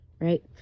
Right